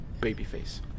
babyface